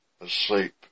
asleep